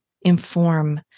inform